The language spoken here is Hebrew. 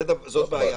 זו בעיה אחת.